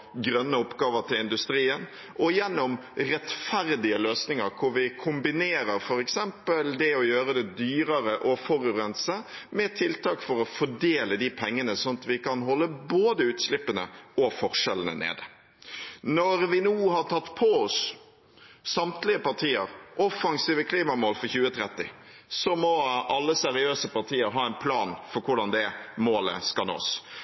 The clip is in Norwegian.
grønne oppgaver til industrien og gjennom rettferdige løsninger, hvor vi kombinerer f.eks. det å gjøre det dyrere å forurense med tiltak for å fordele de pengene, sånn at vi kan holde både utslippene og forskjellene nede. Når vi nå har tatt på oss, samtlige partier, offensive klimamål for 2030, må alle seriøse partier ha en plan for hvordan det målet skal nås.